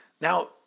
Now